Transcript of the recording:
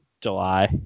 July